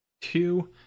two